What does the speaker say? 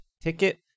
ticket